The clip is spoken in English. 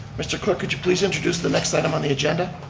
mr. clerk, could you please introduce the next item on the agenda.